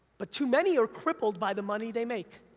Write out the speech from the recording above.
but too many are crippled by the money they make.